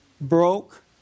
broke